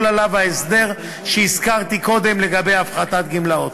עליו ההסדר שהזכרתי קודם של הפחתת גמלאות.